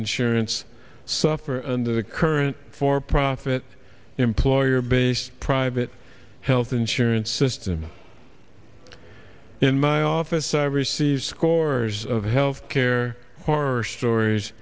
insurance suffer under the current for profit employer based private health insurance system in my office i receive scores of health care horror stories